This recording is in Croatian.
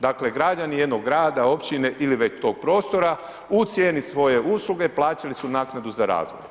Dakle građani jednog grada, općine ili već tog prostora u cijeni svoje usluge plaćali su naknadu za razvoj.